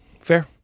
fair